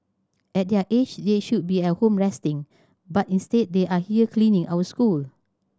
at their age they should be at home resting but instead they are here cleaning our school